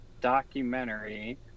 documentary